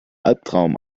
albtraum